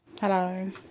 hello